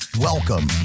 Welcome